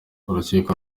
urukiko